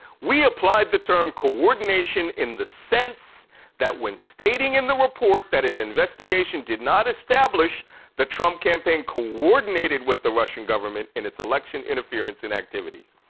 we applied the term coordination in the sense that when stating in the report that an investigation did not establish the trump campaign coordinated with the russian government in its election interference and activities.